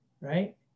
right